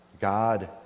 God